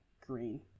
green